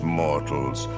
mortals